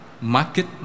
Market